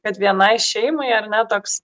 kad vienai šeimai ar ne toks